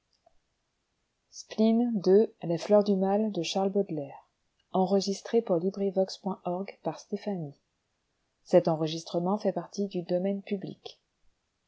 les fleurs du mal ne